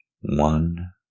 one